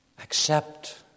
Accept